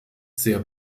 sehr